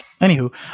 Anywho